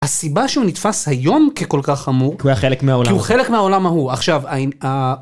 הסיבה שהוא נתפס היום ככל כך עמוק הוא.. היה חלק מהעולם ההוא.. כי הוא חלק מהעולם ההוא. עכשיו